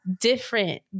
different